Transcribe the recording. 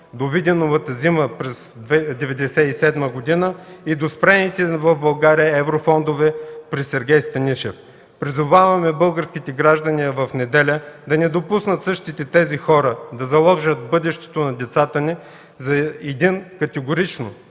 до Виденовата зима през 1997 г. и до спрените в България еврофондове при Сергей Станишев. Призоваваме българските граждани в неделя да не допуснат същите тези хора да заложат бъдещето на децата ни за един категорично